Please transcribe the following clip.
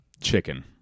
chicken